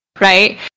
right